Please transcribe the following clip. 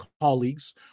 colleagues